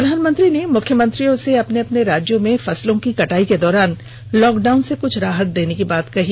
प्रधानमंत्री ने मुख्यमंत्रियों से अपने अपने राज्यों में फसलों की कटाई के दौरान लॉकडाउन से कुछ राहत देने की बात कही